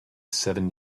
seven